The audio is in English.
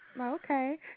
Okay